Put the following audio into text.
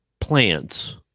plants